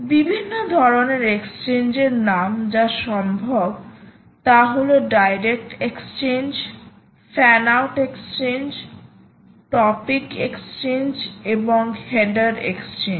বিভিন্ন ধরণের এক্সচেঞ্জের নাম যা সম্ভব তা হল direct exchange fan out exchange topic exchange এবং হেডার এক্সচেঞ্জ